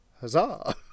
huzzah